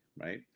right